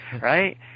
right